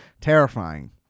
Terrifying